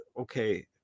Okay